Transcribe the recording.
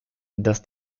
dass